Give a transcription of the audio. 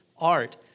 art